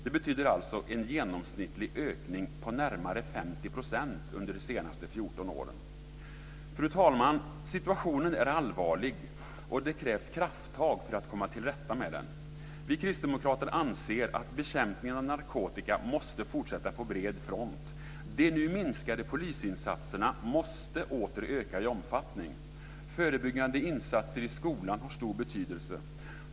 Det betyder en genomsnittlig ökning på närmare 50 % under de senaste 14 åren. Fru talman! Situationen är allvarlig och det krävs krafttag för att komma till rätta med den. Vi kristdemokrater anser att bekämpningen av narkotika måste fortsätta på bred front. De nu minskade polisinsatserna måste åter öka i omfattning. Förebyggande insatser i skolan har stor betydelse.